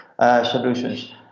solutions